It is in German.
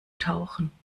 tauchen